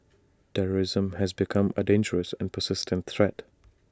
terrorism has become A dangerous and persistent threat